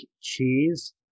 cheese